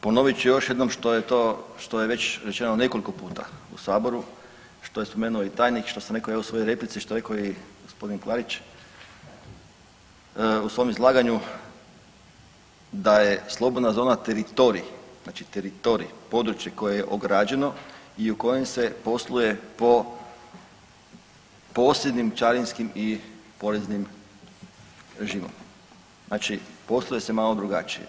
Ponovit ću još jednom što je to, što je već rečeno nekoliko puta u saboru, što je spomenuo i tajnik, što sam rekao evo i u svojoj replici, što je rekao i g. Klarić u svom izlaganju da je slobodna zona teritorij, znači teritorij, područje koje je ograđeno i u kojem se posluje po posebnim carinskim i poreznim režimom, znači posluje se malo drugačije.